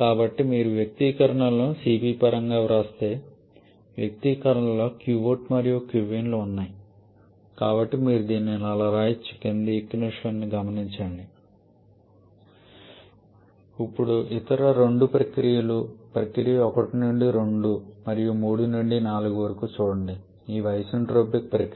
కాబట్టి మీరు వ్యక్తీకరణలను cp పరంగా వ్రాస్తే వ్యక్తీకరణలలో qout మరియు qin ఉన్నాయి కాబట్టి మీరు దీనిని ఇలా వ్రాయవచ్చు ఇప్పుడు ఇతర రెండు ప్రక్రియలు ప్రక్రియ 1 నుండి 2 మరియు 3 నుండి 4 వరకు చూడండి ఇవి ఐసెన్ట్రోపిక్ ప్రక్రియలు